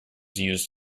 used